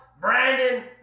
Brandon